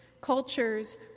cultures